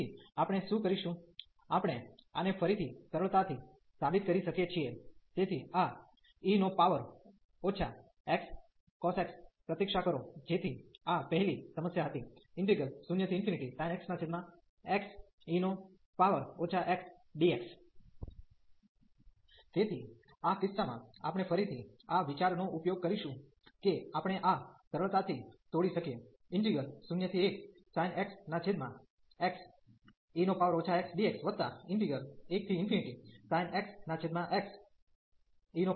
તેથી આપણે શું કરીશું આપણે આને ફરીથી સરળતાથી સાબિત કરી શકીએ છીએ તેથી આ e નો પાવર ઓછા x cos x પ્રતીક્ષા કરો જેથી આ પહેલી સમસ્યા હતી 0sin x xe x dx તેથી આ કિસ્સામાં આપણે ફરીથી આ વિચારનો ઉપયોગ કરીશું કે આપણે આ સરળતાથી તોડી શકીએ 01sin x xe x dx1sin x xe x dx આ ફંક્શન